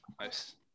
Nice